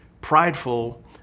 prideful